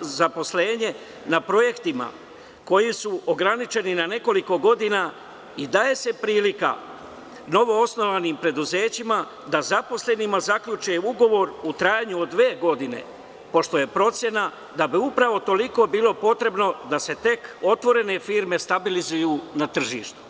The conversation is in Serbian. zaposlenje na projektima koji su ograničeni na nekoliko godina i daje se prilika novoosnovanim preduzećima da zaposlenima zaključe ugovor u trajanju od dve godine, pošto je procena da bi upravo toliko bilo potrebno da se tek otvorene firme stabilizuju na tržištu.